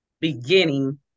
beginning